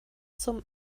zum